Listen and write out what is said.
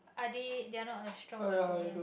are they they are not a strong opponent